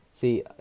see